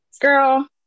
Girl